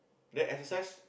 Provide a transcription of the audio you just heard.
then exercise